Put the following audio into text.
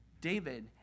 David